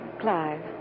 Clive